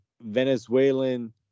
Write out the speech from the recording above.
Venezuelan